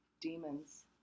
demons